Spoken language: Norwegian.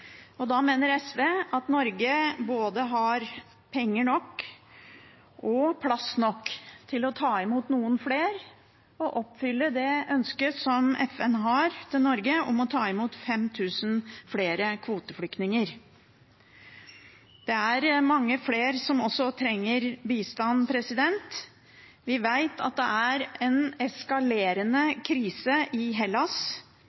gang. Da mener SV at Norge har både penger nok og plass nok til å ta imot noen flere og oppfylle det ønsket som FN har til Norge om å ta imot 5 000 flere kvoteflyktninger. Det er mange flere som også trenger bistand. Vi vet at det er en